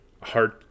hard